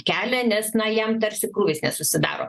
kelią nes na jam tarsi krūvis nesusidaro